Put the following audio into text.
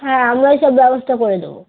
হ্যাঁ আমরাই সব ব্যবস্থা করে দেবো